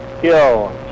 kill